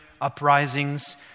uprisings